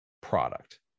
product